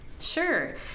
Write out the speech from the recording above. Sure